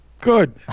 Good